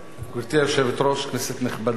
גברתי היושבת-ראש, כנסת נכבדה,